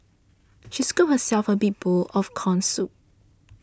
she scooped herself a big bowl of Corn Soup